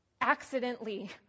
accidentally